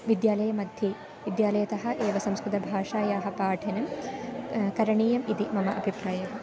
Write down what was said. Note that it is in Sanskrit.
विद्यालये मध्ये विद्यालयतः एव संस्कृतभाषायाः पाठनं करणीयम् इति मम अभिप्रायः